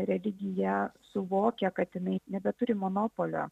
religiją suvokia kad jinai nebeturi monopolio